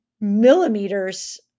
millimeters